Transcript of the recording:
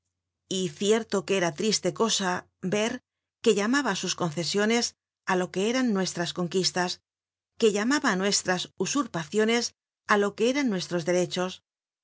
y cierto que era triste cosa ver que llamaba sus concesiones á lo que eran nuestras conquistas que llamaba nuestras usurpaciones á loque eran nuestros derechos